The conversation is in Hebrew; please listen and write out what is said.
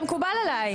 מקובל עליי.